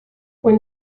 when